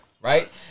Right